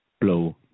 blow